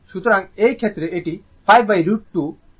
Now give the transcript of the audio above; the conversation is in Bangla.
সুতরাং এই ক্ষেত্রে এটি 5√ 210√ 2